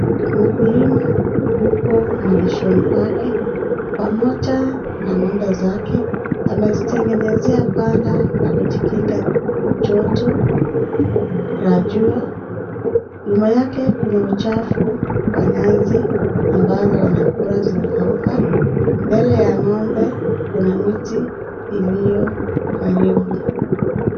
Mkulima, yupo malishoni pake ,pamoja na ng'ombe zake. Amezitengenezea banda ya kujikinga joto, la jua. Nyuma yake kuna uchafu wa nyasi ambazo wanakula zimekauka, mbele ya ng'ombe kuna miti iliyo karibu.